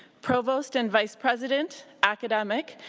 provost and vice-president, academic,